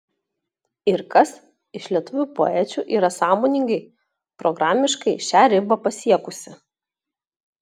ir kas iš lietuvių poečių yra sąmoningai programiškai šią ribą pasiekusi